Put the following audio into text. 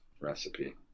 recipe